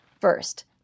First